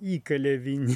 įkalė vinį